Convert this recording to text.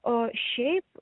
o šiaip